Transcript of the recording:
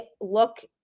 look